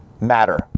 matter